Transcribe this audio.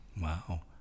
Wow